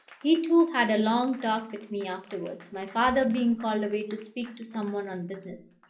he, too, had a long talk with me afterwards, my father being called away to speak to some one on business.